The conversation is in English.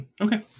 Okay